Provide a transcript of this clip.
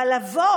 אבל לבוא